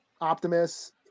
Optimus